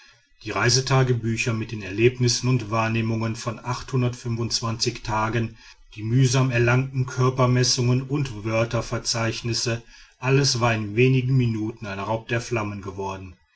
die reisetagebücher mit den erlebnissen und wahrnehmungen von tagen die mühsam erlangten körpermessungen und wörterverzeichnisse alles war in wenigen minuten ein raub der flammen geworden